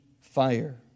fire